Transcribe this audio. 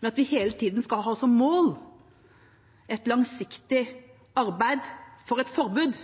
Men at vi hele tida skal ha som mål et langsiktig arbeid for et forbud